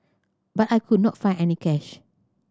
but I could not find any cash